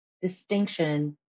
distinction